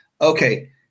Okay